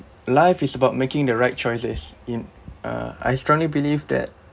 life is about making the right choices in uh I strongly believe that